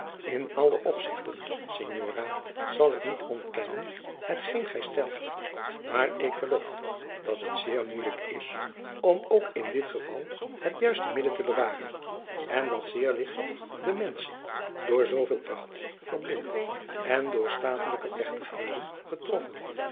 in alle opzigten signora zal ik niet ontkennen hetgeen gij stelt maar ik geloof dat het zeer moeijelijk is om ook in dit geval het juiste midden te bewaren en dat zeer ligt de menschen door zooveel pracht verblind en door statelijke plegtigheden getroffen